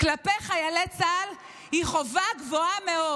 כלפי חיילי צה"ל היא חובה גבוהה מאוד.